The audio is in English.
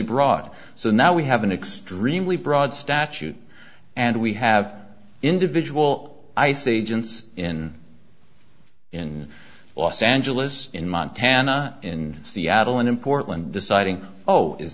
extremely broad so now we have an extremely broad statute and we have individual ice agents in in los angeles in montana in seattle and portland deciding oh is